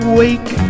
wake